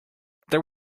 there